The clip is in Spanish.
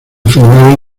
filmada